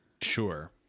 Sure